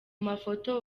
mafoto